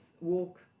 walk